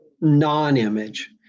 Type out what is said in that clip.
non-image